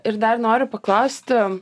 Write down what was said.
ir dar noriu paklausti